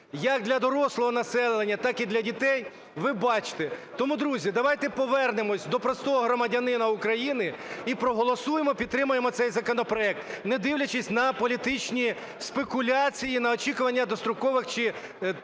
як для дорослого населення так і для дітей, ви бачите. Тому, друзі, давайте повернемося до простого громадянина України і проголосуємо, підтримаємо цей законопроект, не дивлячись на політичні спекуляції, на очікування дострокових чи